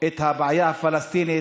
את הבעיה הפלסטינית,